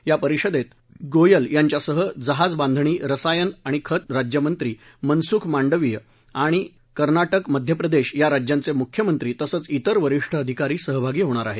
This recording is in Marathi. या परिषदेत गोयल यांच्यासह जहाज बांधणी रसायन खत राज्यमंत्री मनसुख मांडविय आणि कर्नाके मध्यप्रदेश या राज्यांचे मुख्यमंत्री तसंच इतर वरिष्ठ अधिकारी सहभागी होणार आहेत